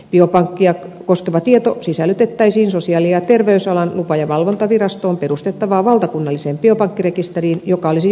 biopankkia koskeva tieto sisällytettäisiin sosiaali ja terveysalan lupa ja valvontavirastoon perustettavaan valtakunnalliseen biopankkirekisteriin joka olisi julkinen